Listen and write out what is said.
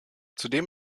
zudem